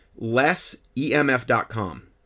LessEMF.com